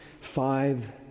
five